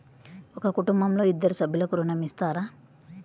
ఒక కుటుంబంలో ఇద్దరు సభ్యులకు ఋణం ఇస్తారా?